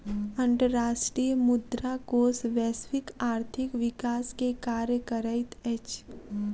अंतर्राष्ट्रीय मुद्रा कोष वैश्विक आर्थिक विकास के कार्य करैत अछि